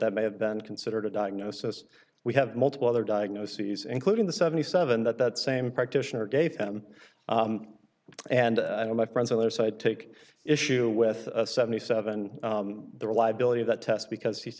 that may have been considered a diagnosis we have multiple other diagnoses including the seventy seven that that same practitioner gave him and i don't my friends on their side take issue with seventy seven the reliability of that test because he